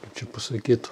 kaip čia pasakyt